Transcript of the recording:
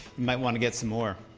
might want to get some more.